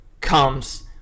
comes